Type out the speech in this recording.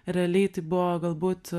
realiai tai buvo galbūt